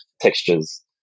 textures